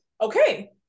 okay